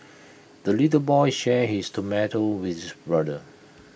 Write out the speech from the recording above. the little boy shared his tomato with his brother